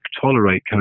tolerate